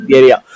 area